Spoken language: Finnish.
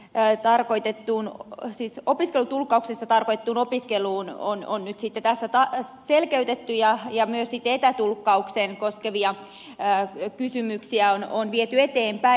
tai tarkoitettuna siitä tapahtuvaa tulkkausta ja opiskelutulkkausta on onneksi pitää sotaa en tiedä tässä selkeytetty ja myös etätulkkausta koskevia kysymyksiä on viety eteenpäin